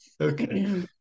Okay